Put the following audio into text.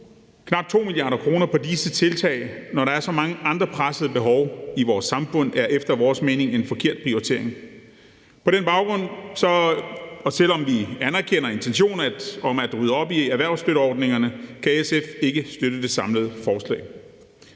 knap 2 mia. kr. på disse tiltag, når der er så mange andre presserende behov i vores samfund, er efter vores mening en forkert prioritering. På den baggrund, og selv om vi anerkender intention om at rydde op i erhvervsstøtteordningerne, kan SF ikke støtte det samlede forslag.